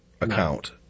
account